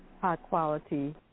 high-quality